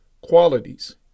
qualities